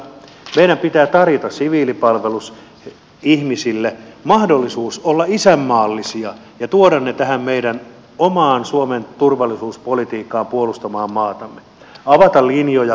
meidän pitää tarjota siviilipalvelusihmisille mahdollisuus olla isänmaallisia ja tuoda heidät tähän meidän omaan suomen turvallisuuspolitiikkaamme puolustamaan maatamme avata linjoja kanavia